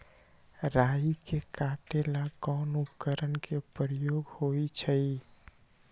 राई के काटे ला कोंन उपकरण के उपयोग होइ छई?